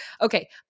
okay